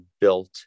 built